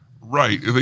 right